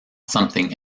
something